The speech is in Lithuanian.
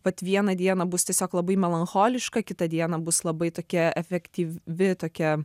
vat vieną dieną bus tiesiog labai melancholiška kitą dieną bus labai tokia efektyvi tokia